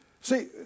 See